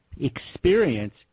experience